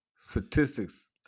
statistics